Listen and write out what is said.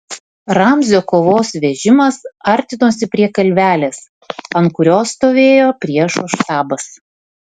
ramzio kovos vežimas artinosi prie kalvelės ant kurios stovėjo priešo štabas